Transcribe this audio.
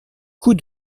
coup